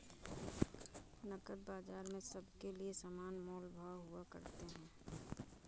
नकद बाजार में सबके लिये समान मोल भाव हुआ करते हैं